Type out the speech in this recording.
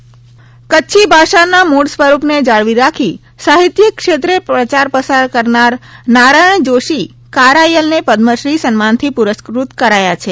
નારાયણ જોશી કારાયલ કચ્છી ભાષાના મુળ સ્વરૂપને જાળવી રાખી સાહિત્યિક ક્ષેત્રે પ્રચાર પ્રસાર કરનાર નારાયણ જોશી ેકારાયલ ને પદ્મશ્રી સન્માનથી પુરસ્ફત કરાયા છે